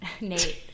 Nate